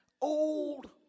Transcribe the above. old